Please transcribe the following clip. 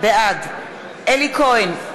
בעד אלי כהן,